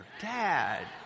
dad